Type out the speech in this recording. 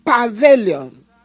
pavilion